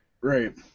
Right